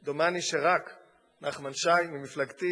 דומני שרק נחמן שי, ממפלגתי,